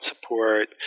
support